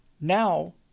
Now